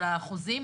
של האחוזים.